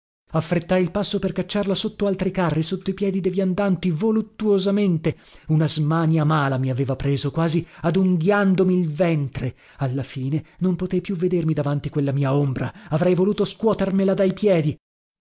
affrettai il passo per cacciarla sotto altri carri sotto i piedi de viandanti voluttuosamente una smania mala mi aveva preso quasi adunghiandomi il ventre alla fine non potei più vedermi davanti quella mia ombra avrei voluto scuotermela dai piedi